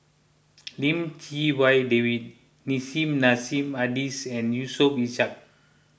Lim Chee Wai David Nissim Nassim Adis and Yusof Ishak